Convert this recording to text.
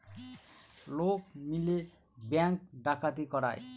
লোক মিলে ব্যাঙ্ক ডাকাতি করায়